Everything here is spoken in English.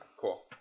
Cool